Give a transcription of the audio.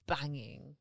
banging